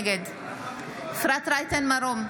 נגד אפרת רייטן מרום,